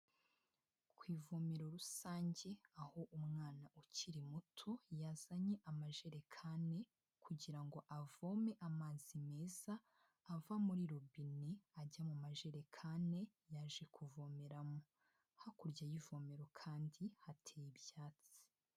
Ku ivomero rusange aho umwana ukiri muto yazanye amajerekani kugira avome amazi meza ava muri robine ajya mu majerekani yaje kuvomeramo. Hakurya y'ivomero kandi hateye ibyatsi.